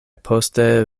poste